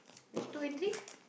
then twenty